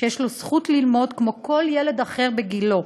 שיש לו זכות ללמוד כל כמו ילד אחר בגילו.